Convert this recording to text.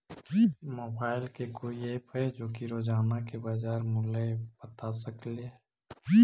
Mobile के कोइ app है जो कि रोजाना के बाजार मुलय बता सकले हे?